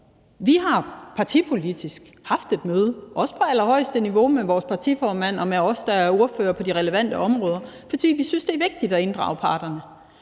Vi har partipolitisk haft et møde, også på allerhøjeste niveau med vores partiformand og os, der er ordførere på de relevante områder, fordi vi synes, det er vigtigt at inddrage parterne.